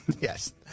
yes